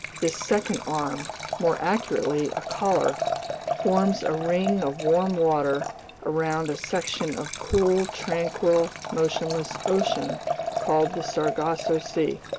this second arm more accurately, a collar forms a ring of warm water around a section of cool, tranquil, motionless ocean called the sargasso sea.